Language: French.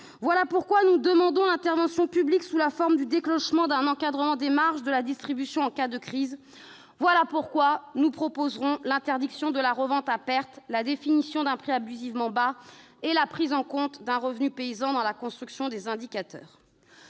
Voilà pourquoi nous demandons l'intervention publique, sous la forme du déclenchement d'un encadrement des marges de la distribution en cas de crise. Voilà pourquoi nous proposerons l'interdiction de la revente à perte, la définition d'un prix abusivement bas et la prise en compte du revenu paysan dans la construction des indicateurs